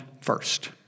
first